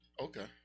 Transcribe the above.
Okay